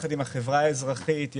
ביחד עם החברה האזרחית,